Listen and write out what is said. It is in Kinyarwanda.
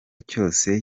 cyose